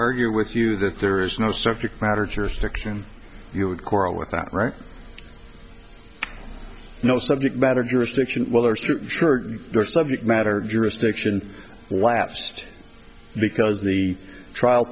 argue with you that there is no subject matter jurisdiction you would quarrel with that right know subject matter jurisdiction subject matter jurisdiction lapsed because the trial